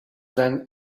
than